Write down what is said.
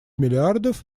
миллиардов